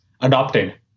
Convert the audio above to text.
adopted